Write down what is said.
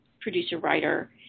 producer-writer